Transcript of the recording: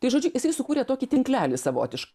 tai žodžiu jisai sukūrė tokį tinklelį savotišką